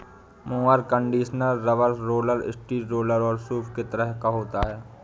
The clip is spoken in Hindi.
mower conditioner rubber roller, steel roller और सूप के तरह का होता है